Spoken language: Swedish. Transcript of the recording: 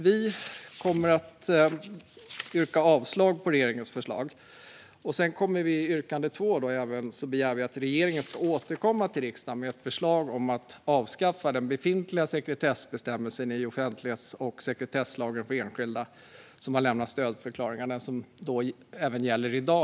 Vi yrkar avslag på regeringens förslag och begär att regeringen ska återkomma till riksdagen med ett förslag om att avskaffa den befintliga sekretessbestämmelsen i offentlighets och sekretesslagen för enskilda. De lämnade stödförklaringarna gäller även i dag.